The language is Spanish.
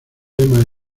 lema